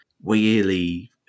weirdly